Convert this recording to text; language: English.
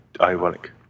ironic